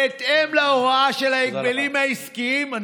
בהתאם להוראה של ההגבלים העסקיים, תודה לך.